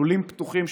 לולים פתוחים,